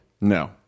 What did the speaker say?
No